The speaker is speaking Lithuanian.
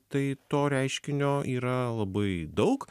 tai to reiškinio yra labai daug